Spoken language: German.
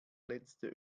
letzte